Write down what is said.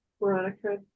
Veronica